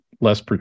less